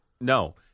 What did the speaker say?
no